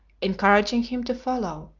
encouraging him to follow,